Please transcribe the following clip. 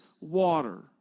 water